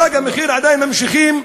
"תג מחיר" עדיין ממשיכים.